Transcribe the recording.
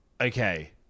Okay